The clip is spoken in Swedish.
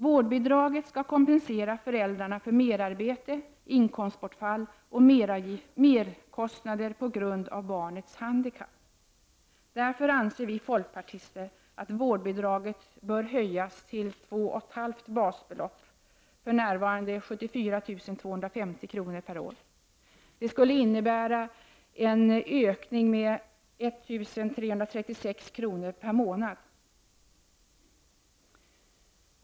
Vårdbidraget skall kompensera föräldrarna för merarbete, inkomstbortfall och merkostnader på grund av barnets handikapp. Därför anser vi folkpartister att vårdbidraget bör höjas till 2,5 basbelopp, för närvarande 74 250 kr. per år. Det skulle innebära en ökning med 1 336 kr. per månad.